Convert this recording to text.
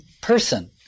person